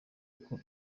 uko